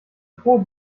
frohe